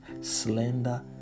slender